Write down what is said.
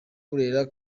burera